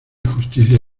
justicia